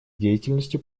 деятельностью